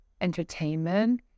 entertainment